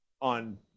on